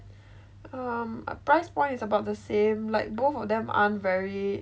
um price point is about the same like both of them aren't very